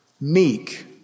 meek